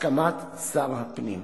הסכמת שר הפנים.